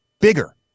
bigger